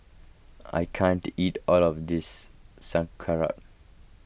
I can't eat all of this Sauerkraut